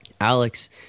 Alex